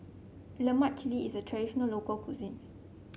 lemak cili is a traditional local cuisine